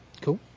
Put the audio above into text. Cool